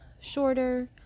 shorter